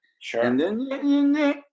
Sure